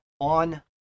on